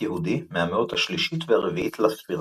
יהודי מהמאות השלישית והרביעית לספירה.